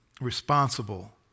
responsible